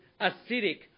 acidic